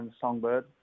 songbird